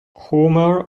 homer